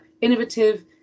innovative